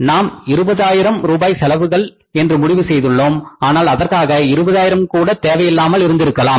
நான் இருபதாயிரம் ரூபாய் செலவுகள் என்று முடிவு செய்துள்ளோம் ஆனால் அதற்காக 20000 கூட தேவை இல்லாமல் இருந்திருக்கலாம்